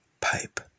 pipe